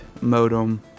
modem